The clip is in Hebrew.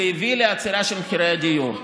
זה הביא לעצירה של מחירי הדיור.